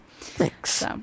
Thanks